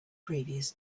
previous